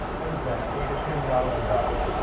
what is that, over ten thousand dollars.